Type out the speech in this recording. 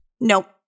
Nope